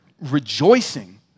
rejoicing